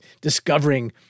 discovering